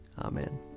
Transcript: Amen